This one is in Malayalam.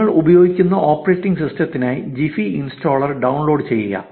നിങ്ങൾ ഉപയോഗിക്കുന്ന ഓപ്പറേറ്റിംഗ് സിസ്റ്റത്തിനായി ജിഫി ഇൻസ്റ്റാളർ ഡൌൺലോഡ് ചെയ്യുക